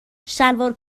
شلوار